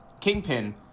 Kingpin